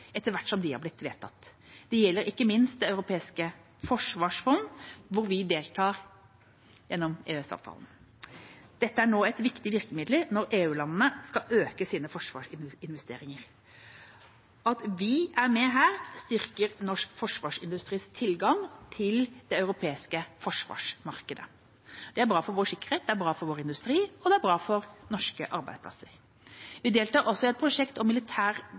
etter hvert som de har blitt vedtatt. Det gjelder ikke minst Det europeiske forsvarsfondet, hvor vi deltar gjennom EØS-avtalen. Dette er nå et viktig virkemiddel når EU-landene skal øke sine forsvarsinvesteringer. At vi er med her, styrker norsk forsvarsindustris tilgang til det europeiske forsvarsmarkedet. Det er bra for vår sikkerhet, det er bra for vår industri, og det er bra for norske arbeidsplasser. Vi deltar også i et prosjekt om militær